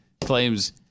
claims